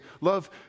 love